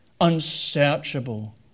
Unsearchable